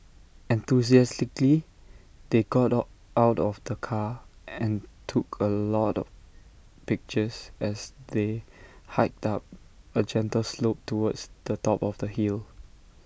enthusiastically they got out of the car and took A lot of pictures as they hiked up A gentle slope towards the top of the hill